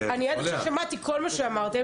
אני עד עכשיו שמעתי כל מה שאמרתם.